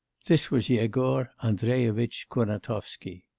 this was yegor andreyevitch kurnatovsky.